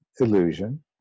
illusion